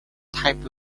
type